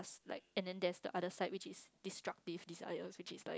like and then there's the other side which is destructive desires which is like